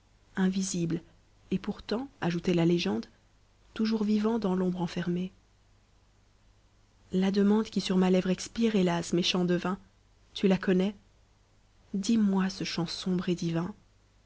invisible et pourtant ajoutait la légende toujours vivant dans l'omhre enfermé la demande qui sur ma lèvre expire hélas méchant devin tu la connais dis-moi ce chant sombre et divin